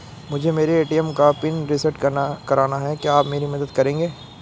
मुझे मेरे ए.टी.एम का पिन रीसेट कराना है क्या आप मेरी मदद करेंगे?